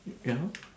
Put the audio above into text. ya